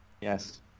Yes